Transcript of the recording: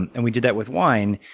and and we did that with wine.